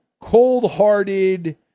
cold-hearted